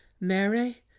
Mary